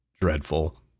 dreadful